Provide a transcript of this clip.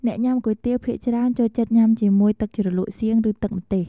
អ្នកញុាំគុយទាវភាគច្រើនចូលចិត្តញុំាជាមួយ ទឹកជ្រលក់សៀង ឬទឹកម្ទេស។